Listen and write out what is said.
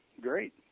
great